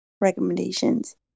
recommendations